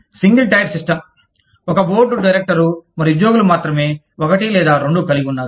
single tier system ఒక board డైరెక్టర్లు మరియు ఉద్యోగులు మాత్రమే ఒకటి లేదా రెండు కలిగి ఉన్నారు